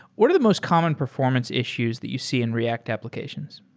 what are the most common performance issues that you see in react applications?